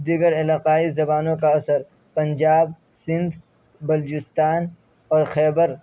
دیگر علاقائی زبانوں کا اثر پنجاب سندھ بلوچستان اور خیبر